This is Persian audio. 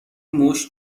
موش